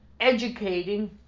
educating